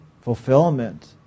fulfillment